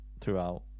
throughout